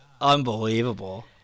Unbelievable